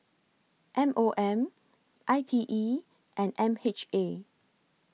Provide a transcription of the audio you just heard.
M O M I T E and M H A